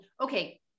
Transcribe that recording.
okay